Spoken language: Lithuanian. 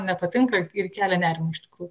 nepatinka ir kelia nerimą iš tikrųjų